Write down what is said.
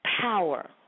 power